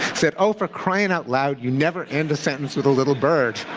said, oh, for crying out loud. you never end a sentence with a little bird.